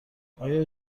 آیا